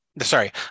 Sorry